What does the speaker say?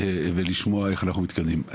ולשמוע איך אנחנו מתקדמים.